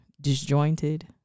disjointed